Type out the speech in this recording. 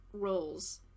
roles